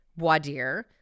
wadir